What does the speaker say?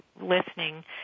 listening